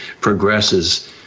progresses